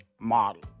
model